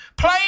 play